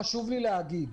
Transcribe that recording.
חשוב לי להגיד,